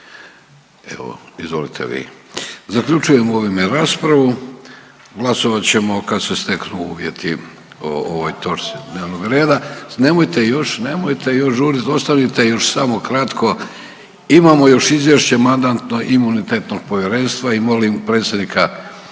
Evo, izvolite vi. Zaključujem ovime raspravu, glasovat ćemo kad se steknu uvjeti o ovoj točci dnevnog reda. Nemojte još, nemojte još žurit ostanite još samo kratko. **Reiner, Željko (HDZ)** Ima vas samo troje pa